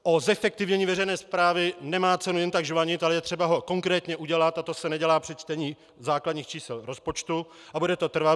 O zefektivnění veřejné správy nemá cenu jen tak žvanit, ale je třeba ho konkrétně udělat, a to se nedělá při čtení základních čísel v rozpočtu a bude to trvat.